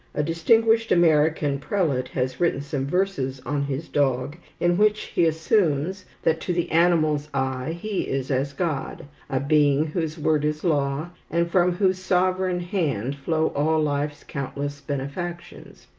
a distinguished american prelate has written some verses on his dog, in which he assumes that, to the animal's eyes, he is as god a being whose word is law, and from whose sovereign hand flow all life's countless benefactions.